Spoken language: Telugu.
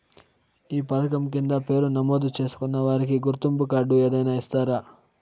ఈ పథకం కింద పేరు నమోదు చేసుకున్న వారికి గుర్తింపు కార్డు ఏదైనా ఇస్తారా?